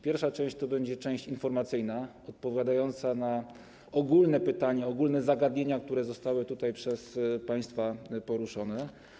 Pierwsza część to będzie część informacyjna, odpowiadająca na ogólne pytania, ogólne zagadnienia, które zostały przez państwa poruszone.